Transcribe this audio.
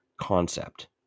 concept